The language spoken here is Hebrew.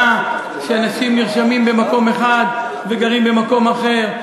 שאנשים נרשמים במקום אחד וגרים במקום אחר,